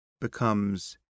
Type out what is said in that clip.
becomes